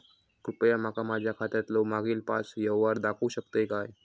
कृपया माका माझ्या खात्यातलो मागील पाच यव्हहार दाखवु शकतय काय?